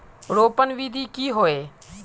रोपण विधि की होय?